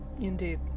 Indeed